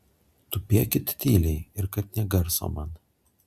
tupėkit tyliai ir kad nė garso man